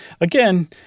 Again